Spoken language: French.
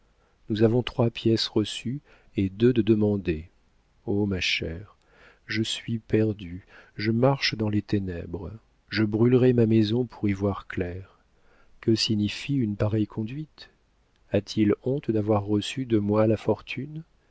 nous avons trois pièces reçues et deux de demandées oh ma chère je suis perdue je marche dans les ténèbres je brûlerai ma maison pour y voir clair que signifie une pareille conduite a-t-il honte d'avoir reçu de moi la fortune